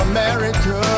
America